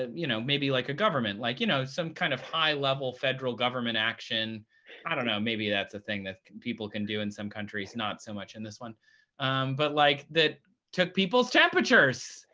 ah you know, maybe like a government, like you know some kind of high-level federal government action i don't know. maybe that's a thing that people can do in some countries, not so much in this one but like that took people's temperatures